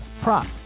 prop